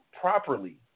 properly